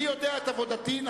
אני יודע את עבודתי.